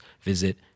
visit